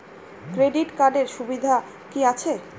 Credit কার্ডের সুবিধা কি আছে?